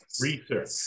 research